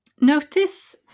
notice